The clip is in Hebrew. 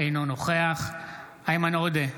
אינו נוכח איימן עודה,